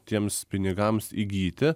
tiems pinigams įgyti